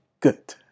good